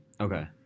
Okay